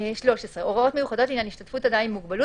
"הוראות מיוחדות לעניין השתתפות אדם עם מוגבלות